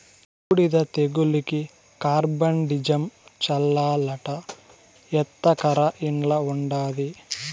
బూడిద తెగులుకి కార్బండిజమ్ చల్లాలట ఎత్తకరా ఇంట్ల ఉండాది